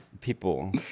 People